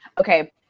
okay